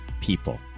people